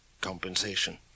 compensation